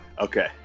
Okay